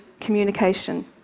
communication